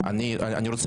1. מי נגד?